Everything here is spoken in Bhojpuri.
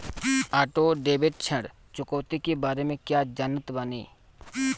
ऑटो डेबिट ऋण चुकौती के बारे में कया जानत बानी?